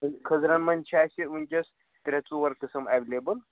خٕزٕرَن منٛز چھِ اسہِ وٕنکٮ۪س ترٛےٚ ژور قٕسم ایٚولیبل